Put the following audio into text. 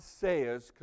says